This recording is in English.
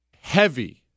heavy